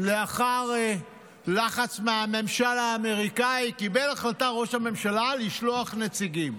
לאחר לחץ מהממשל האמריקאי קיבל החלטה ראש הממשלה לשלוח נציגים,